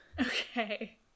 Okay